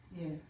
Yes